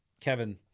Kevin